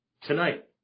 Tonight